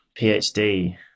PhD